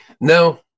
No